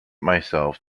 myself